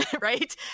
right